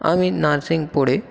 আমি নার্সিং পড়ে